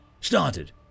Started